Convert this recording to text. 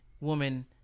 woman